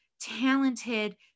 talented